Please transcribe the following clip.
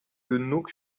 genug